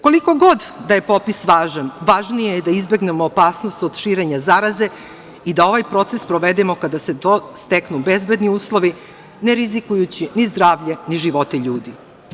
Koliko god da je popis važan, važnije je da izbegnemo opasnost od širenja zaraze i da ovaj proces sprovedemo kada se steknu bezbedni uslovi, ne rizikujući ni zdravlje ni živote ljudi.